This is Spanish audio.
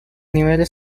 nivel